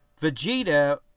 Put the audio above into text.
Vegeta